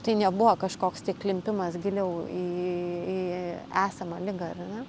tai nebuvo kažkoks tai klimpimas giliau į į esamą ligą ar ne